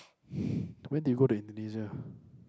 when did you go to Indonesia